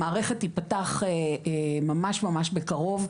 המערכת תפתח ממש ממש בקרוב,